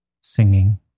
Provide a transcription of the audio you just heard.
singing